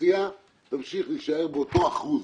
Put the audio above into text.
האוכלוסייה תמשיך להישאר באותו אחוז,